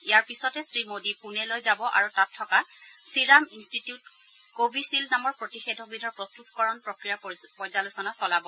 ইয়াৰ পিছতে শ্ৰীমোডী পুণেলৈ যাব আৰু তাত থকা চিৰাম ইনষ্টিটিউটত কভিথিল্ড নামৰ প্ৰতিষেধকবিধৰ প্ৰস্ততকৰণ প্ৰক্ৰিয়াৰ পৰ্যালোচনা চলাব